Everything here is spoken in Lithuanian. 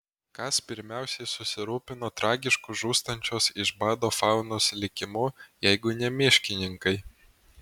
kas pirmiausiai susirūpino tragišku žūstančios iš bado faunos likimu jeigu ne miškininkai